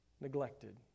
neglected